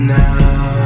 now